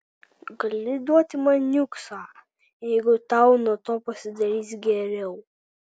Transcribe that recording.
gali duoti man niuksą jeigu tau nuo to pasidarys geriau